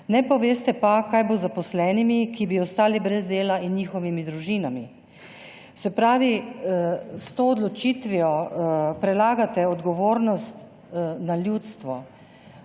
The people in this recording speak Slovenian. ne poveste pa, kaj bo z zaposlenimi, ki bi ostali brez dela, in njihovimi družinami. Se pravi, s to odločitvijo prelagate odgovornost na ljudstvo,